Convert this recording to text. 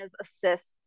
assists